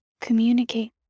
communicate